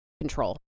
control